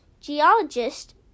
geologist